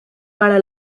para